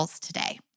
today